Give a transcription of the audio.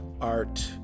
art